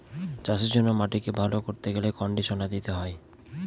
চাষের জন্য মাটিকে ভালো করতে গেলে কন্ডিশনার দিতে হয়